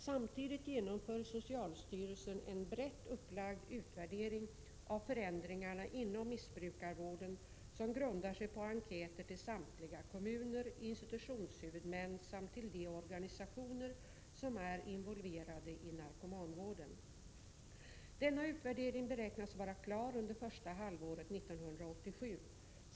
Samtidigt genomför socialstyrelsen en brett upplagd utvärdering av förändringarna inom missbrukarvården som grundar sig på enkäter till samtliga kommuner, institutionshuvudmän samt till de organisationer som är involverade i narkomanvården. Denna utvärdering beräknas vara klar under första halvåret 1987.